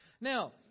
Now